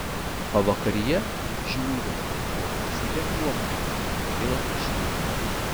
pavakaryje žiūriu liko gausybė uogų gaila išmesti